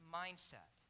mindset